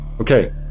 Okay